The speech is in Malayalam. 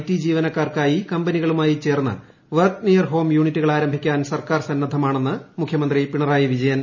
ടി ജീവനക്കാർക്കായി കമ്പനികളുമായി ചേർന്ന് വർക്ക് നിയർ ഹോം യൂണിറ്റുകൾ ആരംഭിക്കാൻ സർക്കാർ സന്നദ്ധമാണെന്ന് മുഖ്യമന്ത്രി പിണറായി വിജയൻ